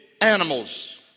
animals